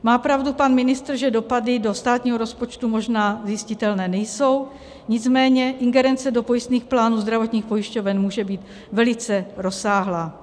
Má pravdu pan ministr, že dopady do státního rozpočtu možná zjistitelné nejsou, nicméně ingerence do pojistných plánů zdravotních pojišťoven může být velice rozsáhlá.